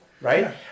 right